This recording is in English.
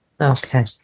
okay